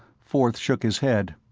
forth shook his head.